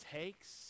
takes